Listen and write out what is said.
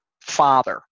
father